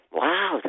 wow